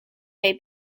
may